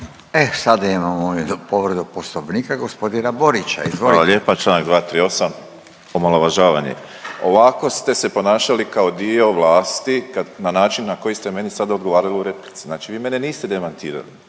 E sada imamo jednu povredu poslovnika g. Borića, izvolite. **Borić, Josip (HDZ)** Hvala lijepa, čl. 238., omalovažavanje. Ovako ste se ponašali kao dio vlasti kad, na način na koji ste meni sad odgovarali u replici, znači vi mene niste demantirali,